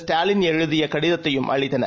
ஸ்டாலின்எழுதியகடிதத்தையும்அளித்தனர்